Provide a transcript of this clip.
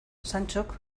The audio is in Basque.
santxok